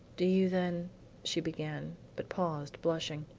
do you then she began, but paused blushing.